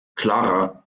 clara